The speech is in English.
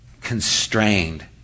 constrained